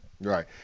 Right